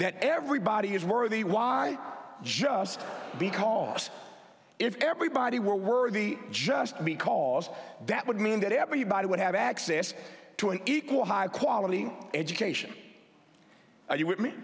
that everybody is worthy why not just because if everybody were worthy just because that would mean that everybody would have access to an equal high quality education are you with me